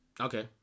okay